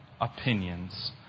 opinions